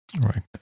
right